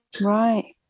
right